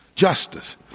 justice